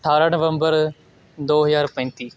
ਅਠਾਰਾਂ ਨਵੰਬਰ ਦੋ ਹਜ਼ਾਰ ਪੈਂਤੀ